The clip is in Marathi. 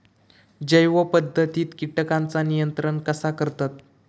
जैव पध्दतीत किटकांचा नियंत्रण कसा करतत?